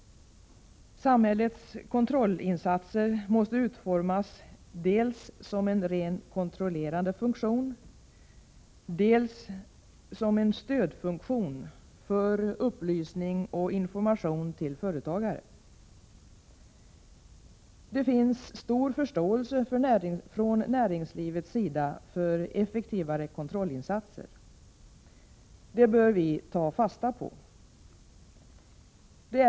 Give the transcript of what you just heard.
Samhällets kontrollinsatser måste utformas dels som en rent kontrollerande funktion, dels som en stödfunktion för upplysning och information till företagare. Det finns stor förståelse från näringslivets sida för effektivare kontrollinsatser. Vi bör ta fasta på detta.